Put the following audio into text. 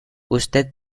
usted